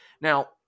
Now